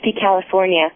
California